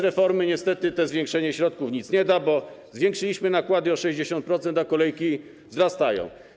Bez reformy niestety to zwiększenie środków nic nie da, bo zwiększyliśmy nakłady o 60%, a kolejki rosną.